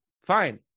fine